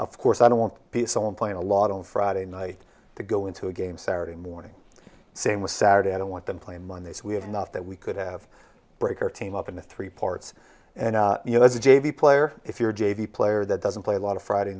of course i don't want peace on playing a lot on friday night to go into a game saturday morning same with saturday i don't want them playing monday so we had enough that we could have breaker team up into three parts and you know as a j v player if you're j v player that doesn't play a lot of friday